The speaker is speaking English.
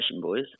boys